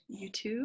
YouTube